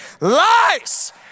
Lies